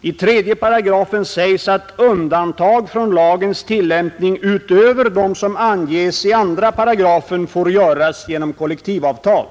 I 3 § sägs att undantag från lagens tillämpning utöver dem som anges i 2 § får göras genom kollektivavtal.